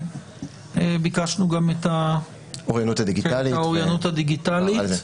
ביקשנו גם את האוריינות הדיגיטלית.